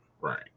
Right